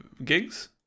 gigs